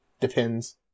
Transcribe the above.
depends